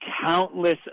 countless